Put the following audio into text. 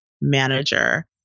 manager